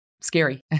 scary